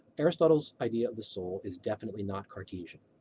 aristotle's idea of the soul is definitely not cartesian.